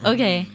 Okay